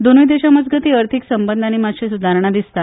दोनुय देशा मजगती अर्थिक संबंधानी मात्शी सुदारणा दिसता